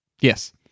Yes